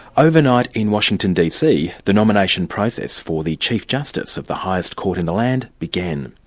overnight in washington dc, the nomination process for the chief justice of the highest court in the land began.